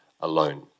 alone